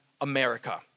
America